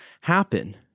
happen